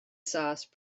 sauce